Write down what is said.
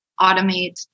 automate